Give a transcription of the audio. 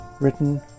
written